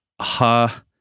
ha